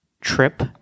trip